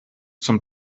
zum